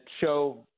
show